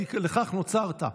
כי לכך נוצרת.